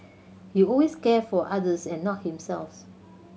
he always cares for others and not himself